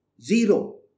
Zero